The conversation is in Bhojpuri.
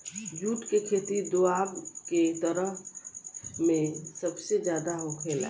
जुट के खेती दोवाब के तरफ में सबसे ज्यादे होखेला